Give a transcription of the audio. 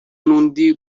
n’undi